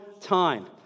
time